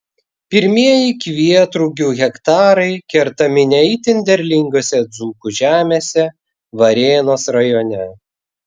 pirmieji kvietrugių hektarai kertami ne itin derlingose dzūkų žemėse varėnos rajone